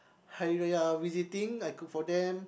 Hari-Raya visiting I cook for them